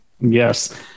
Yes